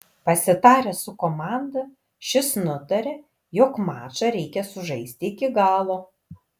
pasitaręs su komanda šis nutarė jog mačą reikia sužaisti iki galo